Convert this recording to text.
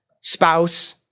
Spouse